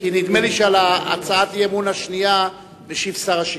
לי שעל הצעת האי-אמון השנייה ישיב שר השיכון.